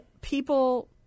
people